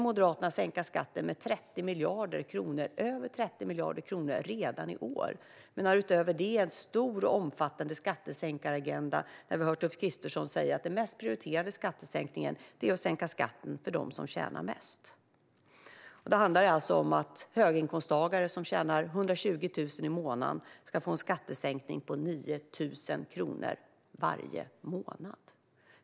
Moderaterna vill sänka skatten med över 30 miljarder kronor redan i år och har utöver det en stor och omfattande skattesänkaragenda. Vi har hört Ulf Kristersson säga att den mest prioriterade skattesänkningen är för dem som tjänar mest. Det handlar alltså om att höginkomsttagare som tjänar 120 000 i månaden ska få en skattesänkning på 9 000 kronor varje månad.